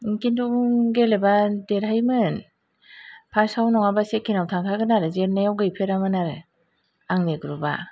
ओह खिन्थु गेलेबा देरहायोमोन फास्ताव नङाबा सेकेन्डाव थांखागोन आरो जेननायाव गैफेरामोन आरो आंनि ग्रुबा